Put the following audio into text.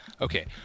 Okay